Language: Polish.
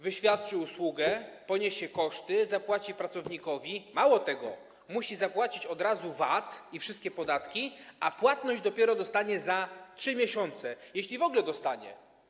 Wyświadczy usługę, poniesie koszty, zapłaci pracownikowi, mało tego, musi zapłacić od razu VAT i wszystkie podatki, a płatność nastąpi dopiero za 3 miesiące, jeśli w ogóle nastąpi.